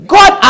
God